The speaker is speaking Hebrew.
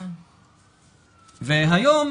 היום